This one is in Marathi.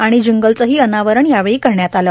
आणि जिंगलचंही अनावरण यावेळी करण्यात आलं